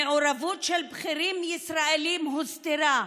המעורבות של בכירים ישראלים הוסתרה.